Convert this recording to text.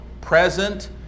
present